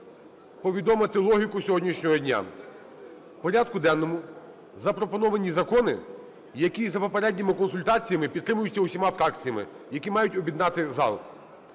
повідомити логіку сьогоднішнього дня. В порядку денному запропоновані закони, які, за попередніми консультаціями, підтримуються всіма фракціями, які мають об'єднати зал.